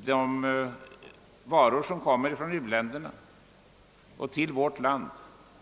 De varor som kommer från u-länderna